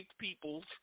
peoples